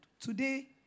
Today